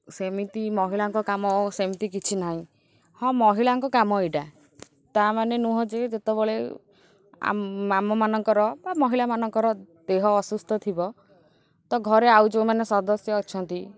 ସେମିତି ମହିଳାଙ୍କ କାମ ସେମିତି କିଛି ନାହିଁ ହଁ ମହିଳାଙ୍କ କାମ ଏଇଟା ତା'ମାନେ ନୁହଁ ଯେତେବେଳେ ଆମମାନଙ୍କର ବା ମହିଳାମାନଙ୍କର ଦେହ ଅସୁସ୍ଥ ଥିବ ତ ଘରେ ଆଉ ଯେଉଁମାନେ ସଦସ୍ୟ ଅଛନ୍ତି